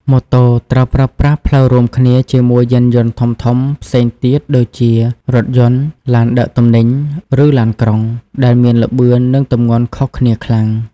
ម៉ូតូត្រូវប្រើប្រាស់ផ្លូវរួមគ្នាជាមួយយានយន្តធំៗផ្សេងទៀតដូចជារថយន្ត ឡានដឹកទំនិញ ឬឡានក្រុង ដែលមានល្បឿន និងទម្ងន់ខុសគ្នាខ្លាំង។